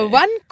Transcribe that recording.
one